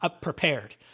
prepared